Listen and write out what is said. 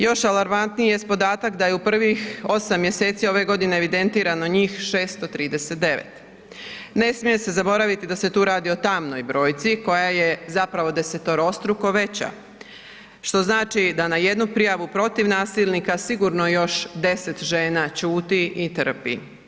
Još je alarmantniji podatak da je u prvih 8 mjeseci ove godine evidentirano njih 639. ne smije se zaboraviti da se tu radi o tamnoj brojci, koja je zapravo desetorostruko veća, što znači da na jednu prijavu protiv nasilnika sigurno još 10 žena ćuti i trpi.